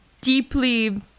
deeply